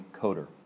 coder